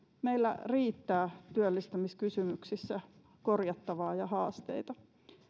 meillä riittää työllistymiskysymyksissä korjattavaa ja haasteita